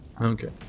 Okay